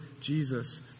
Jesus